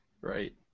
Right